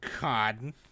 God